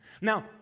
Now